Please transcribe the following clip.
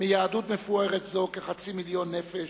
מיהדות מפוארת זו, כחצי מיליון נפש,